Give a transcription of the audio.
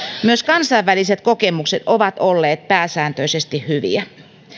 myös kansainväliset kokemukset ovat olleet pääsääntöisesti hyviä